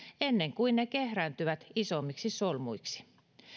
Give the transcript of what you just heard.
ennen kuin ne kehrääntyvät isommiksi solmuiksi